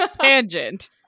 Tangent